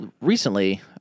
recently